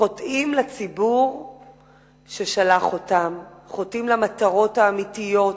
חוטאים לציבור ששלח אותם, חוטאים למטרות האמיתיות